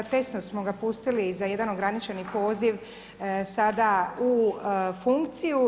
Testno smo ga pustili za jedan ograničeni poziv sada u funkciju.